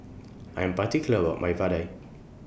I Am particular about My Vadai